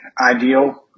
ideal